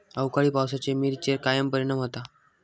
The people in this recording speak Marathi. अवकाळी पावसाचे मिरचेर काय परिणाम होता?